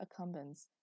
accumbens